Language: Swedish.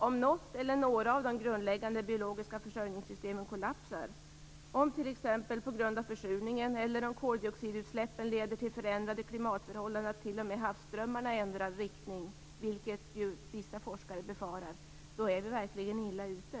Om något eller några av de grundläggande försörjningssystemen kollapsar, t.ex. på grund av försurningen, om koldioxidutsläppen leder till förändrade klimatförhållanden och om t.o.m. havsströmmarna ändrar riktning, vilket ju vissa forskare befarar, då är vi verkligen illa ute.